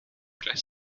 gleis